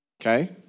okay